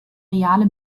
reale